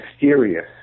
mysterious